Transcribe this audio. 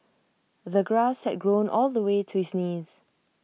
the grass had grown all the way to his knees